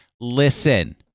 Listen